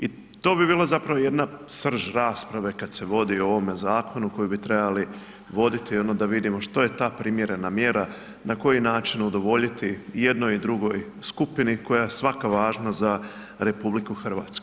I to bi bila zapravo jedna srž rasprave kad se vodi u ovome zakonu koju bi trebali voditi ujedno da vidimo što je ta primjerena mjera, na koji način udovoljiti i jednoj i drugoj skupini koja je svaka važna za RH.